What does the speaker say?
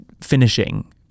finishing